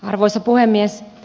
arvoisa puhemies